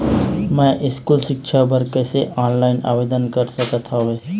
मैं स्कूल सिक्छा बर कैसे ऑनलाइन आवेदन कर सकत हावे?